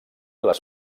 les